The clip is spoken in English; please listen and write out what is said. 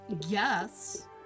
Yes